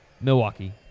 Milwaukee